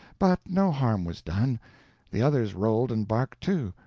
but no harm was done the others rolled and barked too,